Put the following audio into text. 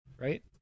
right